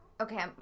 okay